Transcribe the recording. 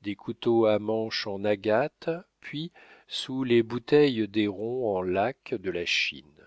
des couteaux à manche en agate puis sous les bouteilles des ronds en laque de la chine